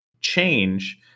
change